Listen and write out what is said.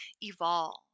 evolve